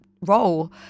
role